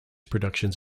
productions